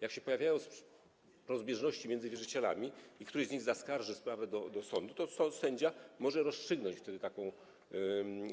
Jak się pojawią rozbieżności między wierzycielami i któryś z nich zaskarży sprawę do sądu, to sędzia może rozstrzygnąć wtedy taką